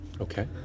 Okay